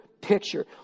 picture